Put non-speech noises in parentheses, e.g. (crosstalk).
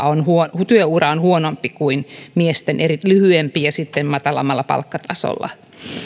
(unintelligible) on huonompi kuin miesten eli lyhyempi ja matalammalla palkkatasolla